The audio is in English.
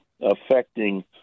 affecting